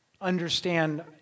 understand